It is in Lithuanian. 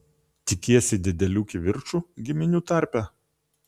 tikiesi didelių kivirčų giminių tarpe